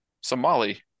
Somali